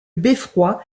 beffroi